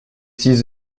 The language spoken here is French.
six